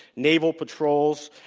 naval patrols,